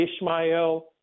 Ishmael